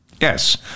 Yes